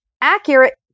accurate